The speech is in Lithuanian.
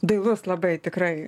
dailus labai tikrai